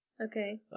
Okay